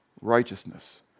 righteousness